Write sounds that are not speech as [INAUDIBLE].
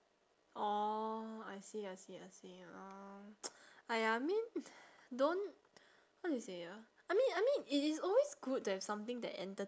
orh I see I see I see mm [NOISE] !aiya! I mean don't how do you say ah I mean I mean it is always good there is something that enter~